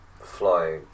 Flying